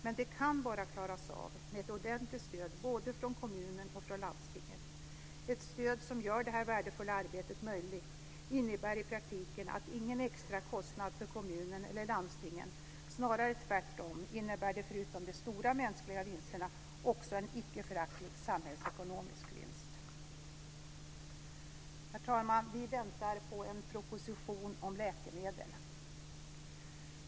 Men det kan bara klaras med ett ordentligt stöd både från kommunen och från landstingen. Ett stöd som gör detta värdefulla arbete möjligt innebär i praktiken ingen extra kostnad för kommunen eller landstingen, snarare tvärtom: Det innebär, förutom de stora mänskliga vinsterna, också en icke föraktlig samhällsekonomisk vinst. Herr talman! Vi väntar på en proposition om läkemedel.